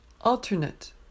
Alternate